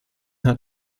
hat